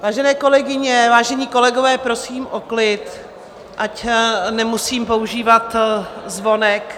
Vážené kolegyně, vážení kolegové, prosím o klid, ať nemusím používat zvonek.